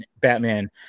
Batman